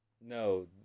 No